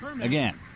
Again